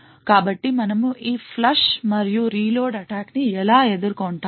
కాబట్టి మనము ఈ ఫ్లష్ మరియు రీలోడ్ అటాక్ ని ఎలా ఎదుర్కుంటాము